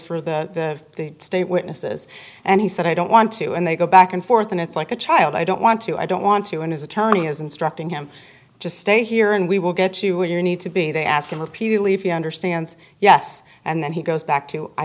for the state witnesses and he said i don't want to and they go back and forth and it's like a child i don't want to i don't want to and his attorney is instructing him just stay here and we will get you where you need to be they ask him repeatedly if you understands yes and then he goes back to i